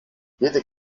jede